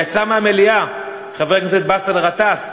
יצא מהמליאה חבר הכנסת באסל גטאס.